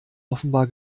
offenbar